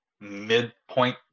midpoint